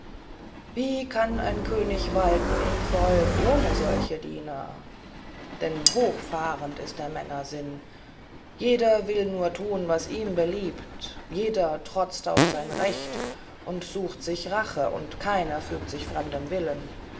wie kann ein könig walten im volk ohne solche diener denn hochfahrend ist der männer sinn jeder will nur tun was ihm beliebt jeder trotzt auf sein recht und sucht sich rache und keiner fügt sich fremdem willen